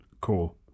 Cool